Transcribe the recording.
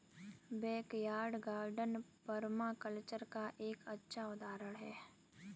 backyard garden permaculture का एक अच्छा उदाहरण हैं